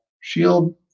shield